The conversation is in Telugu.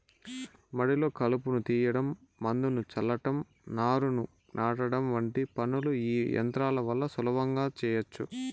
మడిలో కలుపును తీయడం, మందును చల్లటం, నారును నాటడం వంటి పనులను ఈ యంత్రాల వల్ల సులభంగా చేయచ్చు